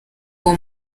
uwo